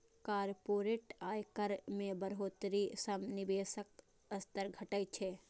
corporate आयकर मे बढ़ोतरी सं निवेशक स्तर घटै छै